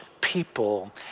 people